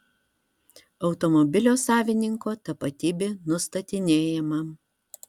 automobilio savininko tapatybė nustatinėjama